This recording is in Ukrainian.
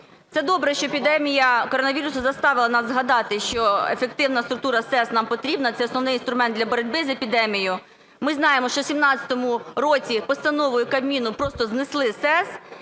Це добре, що епідемія коронавірусу заставила нас згадати, що ефективна структура СЕС нам потрібна, це основний інструмент для боротьби з епідемією. Ми знаємо, що в 17-му році постановою Кабміну просто знесли СЕС.